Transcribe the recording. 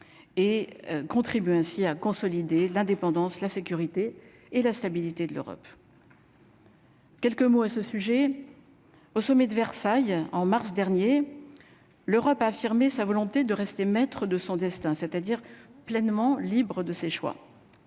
et contribue ainsi à consolider l'indépendance, la sécurité et la stabilité de l'Europe. Quelques mots à ce sujet au sommet de Versailles en mars dernier, l'Europe a affirmé sa volonté de rester maître de son destin, c'est-à-dire pleinement libre de ses choix.